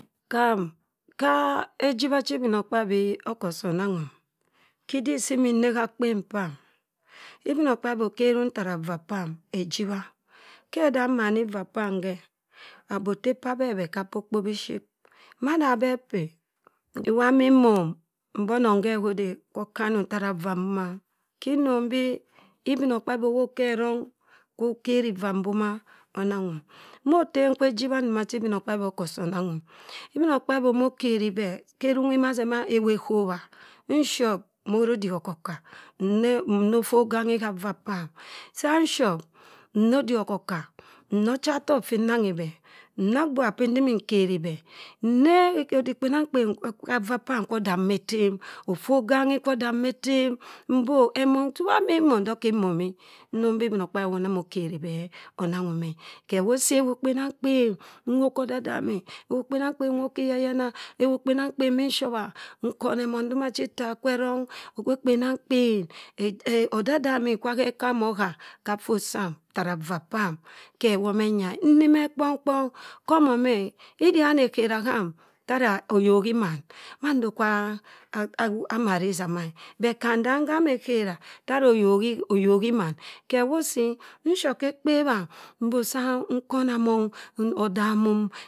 Hamm, ha, ejibha chia ibinokpabi oka osa anangum. Ha idik simi inne ha akpen pam. Obinokpabi okerim tara ivaa pam ejibha. Khẹ dam mmani ivaa pam ghẹ, aba atte p'abẹ bẹ ka pa okpo bishit. Mada bẹ apey, iwa mmi mom be onẹng khẹ hode kwa okanim tara ivaa m'boma khi nnong bii ibinokpabi owop khẹ ẹrong, kwo okeri ivaa mbo ma anangum mo otem woma kwa ejibha ndoma cha ibinokpabi oka osaa anangum. Ibinokpabi omo kheri bẹ khe eronghi ma sẹ ma ewu eghowa. Inshọp, mo re odik ọkọka nne nno ofoganghi ha vaa pam. Sa inshop, inne odik ọkọka, nne ọchatọk fin nnaghi bẹ, nna agbugha p'intima nkeribẹ. Nne odikpenamkpen kwa avaa pam kwo odamim etem, ofot ghanghi kwo odamim etem. Mbo emọng cha iwa mmim mmom ndọk kin-momi. Inong bii ibinokpabi womo kheri bẹh onangum e ghẹwo osii ewu kpenamkpen, nwopt kha odadami, ewu kpenamkpen nwop ki iyayana. Ewu kpenamkpen minshobha nkọni ẹmọng ndoma chi itta kwe ẹrọng ogbe kpenamkpen odadami kwa ghẹ okam ogha kha fot sam tara vaa pam, ghewo manya e innimeh kpọng-kpọng. Họmomi e. Idi họ ana etera aham, tara oyok iman mando kwa ama rei isama e. But ham damm ngham etera tara oyok iman. Khe wo osii nshọp khe ekpebha sii nkana among, odamom